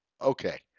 Okay